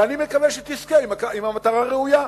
ואני מקווה שתזכה אם המטרה ראויה.